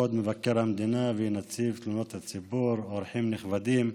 כבוד מבקר המדינה ונציב תלונות הציבור ואורחים נכבדים,